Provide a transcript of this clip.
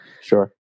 Sure